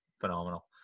Phenomenal